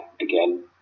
again